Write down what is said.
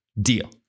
deal